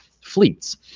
Fleets